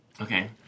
Okay